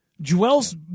Joel's